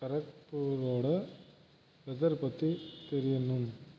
கடக்பூரோட weather பற்றி தெரியணும்